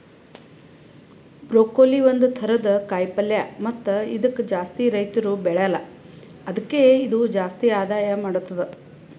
broccoli ಒಂದ್ ಥರದ ಕಾಯಿ ಪಲ್ಯ ಮತ್ತ ಇದುಕ್ ಜಾಸ್ತಿ ರೈತುರ್ ಬೆಳೆಲ್ಲಾ ಆದುಕೆ ಇದು ಜಾಸ್ತಿ ಆದಾಯ ಮಾಡತ್ತುದ